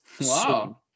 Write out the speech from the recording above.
Wow